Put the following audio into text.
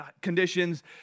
conditions